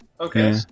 Okay